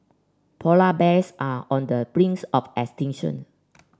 polar bears are on the brings of extinction